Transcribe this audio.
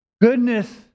Goodness